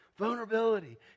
vulnerability